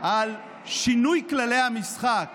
על שינוי כללי המשחק,